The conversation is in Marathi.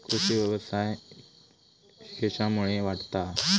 कृषीव्यवसाय खेच्यामुळे वाढता हा?